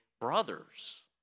brothers